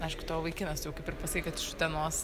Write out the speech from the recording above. aišku tavo vaikinas tu jau kaip ir pasakei kad iš utenos